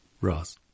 Ross